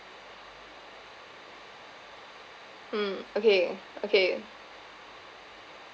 mm okay okay